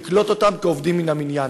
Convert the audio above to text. לקלוט אותם כעובדים מן המניין.